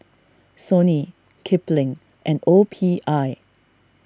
Sony Kipling and O P I